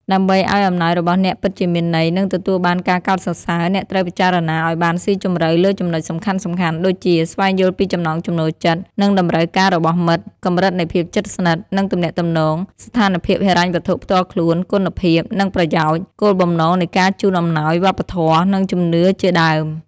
ដើម្បីឲ្យអំណោយរបស់អ្នកពិតជាមានន័យ និងទទួលបានការកោតសរសើរ អ្នកត្រូវពិចារណាឲ្យបានស៊ីជម្រៅលើចំណុចសំខាន់ៗ ដូចជា ស្វែងយល់ពីចំណង់ចំណូលចិត្ត និងតម្រូវការរបស់មិត្ត កម្រិតនៃភាពជិតស្និទ្ធ និងទំនាក់ទំនង ស្ថានភាពហិរញ្ញវត្ថុផ្ទាល់ខ្លួន គុណភាព និងប្រយោជន៍ គោលបំណងនៃការជូនអំណោយ វប្បធម៌ និងជំនឿជាដើម។